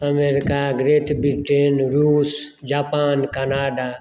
America Great Britain रुस Japan Canada